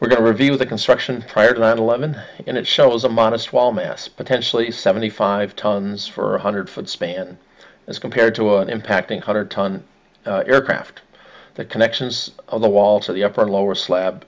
to review the construction prior to nine eleven and it shows a modest wall mass potentially seventy five tons for a hundred foot span as compared to an impacting hundred ton aircraft the connections of the walls of the upper lower slab